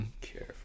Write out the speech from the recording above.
Care